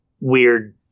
weird